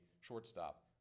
shortstop